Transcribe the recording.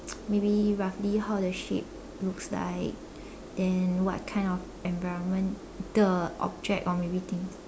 maybe roughly how the shape looks like then what kind of environment the object or maybe thing